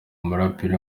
umuraperi